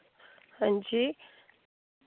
हांजी